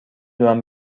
دونم